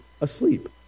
asleep